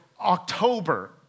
October